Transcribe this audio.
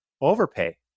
overpay